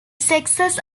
sexes